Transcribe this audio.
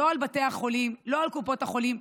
לא על בתי החולים, לא על קופות החולים.